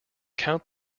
count